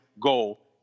goal